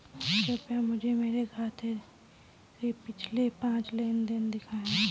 कृपया मुझे मेरे खाते से पिछले पाँच लेन देन दिखाएं